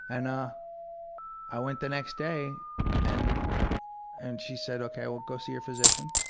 and i i went the next day and and she said, ok, go see your physician.